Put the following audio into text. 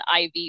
IV